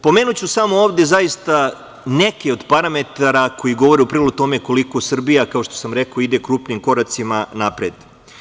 Pomenuću ovde samo neke od parametara koji govore u prilog tome koliko Srbija, kao što sam rekao, ide krupnim koracima napred.